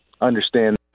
understand